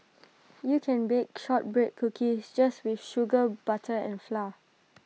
you can bake Shortbread Cookies just with sugar butter and flour